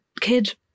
kid